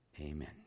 Amen